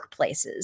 workplaces